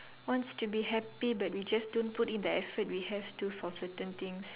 wants to be happy but we just don't put in the effort we have to for certain things